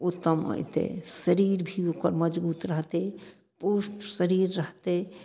उत्तम होतय शरीर भी ओकर मजबूत रहतइ पुष्ट शरीर रहतइ